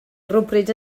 rhywbryd